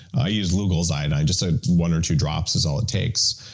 i use lugol's iodine, just ah one or two drops is all it takes.